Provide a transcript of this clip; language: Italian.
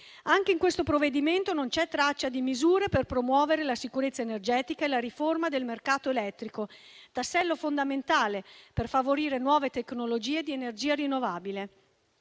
Anche in questo provvedimento non c'è traccia di misure per promuovere la sicurezza energetica e la riforma del mercato elettrico, tassello fondamentale per favorire nuove tecnologie di energia rinnovabile.